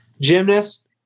gymnast